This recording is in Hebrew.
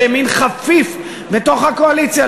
במין חפיף בתוך הקואליציה.